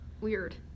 weird